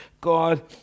God